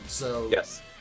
Yes